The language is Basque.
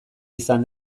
izan